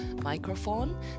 microphone